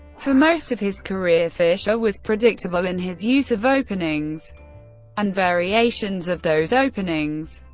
for most of his career, fischer was predictable in his use of openings and variations of those openings.